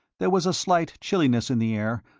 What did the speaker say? there was a slight chilliness in the air,